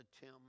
Tim